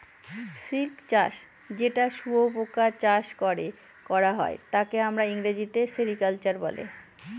silk চাষ যেটা শুয়োপোকা চাষ করে করা হয় তাকে আমরা ইংরেজিতে সেরিকালচার বলে